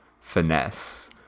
finesse